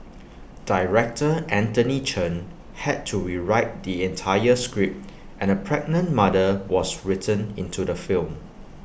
Director Anthony Chen had to rewrite the entire script and A pregnant mother was written into the film